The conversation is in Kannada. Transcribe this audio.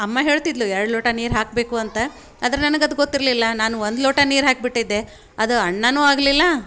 ಅಮ್ಮ ಹೇಳ್ತಿದ್ದಳು ಎರ್ಡು ಲೋಟ ನೀರು ಹಾಕಬೇಕು ಅಂತ ಆದ್ರೆ ನನಗೆ ಅದು ಗೊತ್ತಿರಲಿಲ್ಲ ನಾನು ಒಂದು ಲೋಟ ನೀರು ಹಾಕಿಬಿಟ್ಟಿದ್ದೆ ಅದು ಅನ್ನನೂ ಆಗಲಿಲ್ಲ